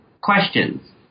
questions